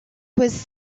was